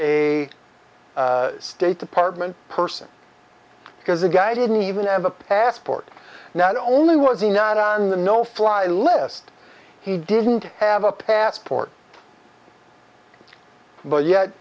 was a state department person because the guy didn't even have a passport now only was he not on the no fly list he didn't have a passport but yet